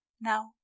Now